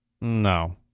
No